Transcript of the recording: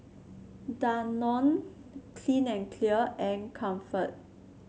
Danone Clean and Clear and Comfort